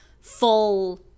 full